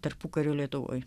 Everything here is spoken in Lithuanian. tarpukario lietuvoje